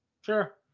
Sure